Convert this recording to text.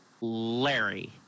Larry